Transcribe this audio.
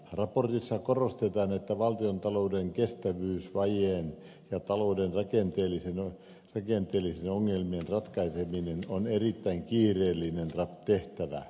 raportissa korostetaan että valtiontalouden kestävyysvajeen ja talouden rakenteellisten ongelmien ratkaiseminen on erittäin kiireellinen tehtävä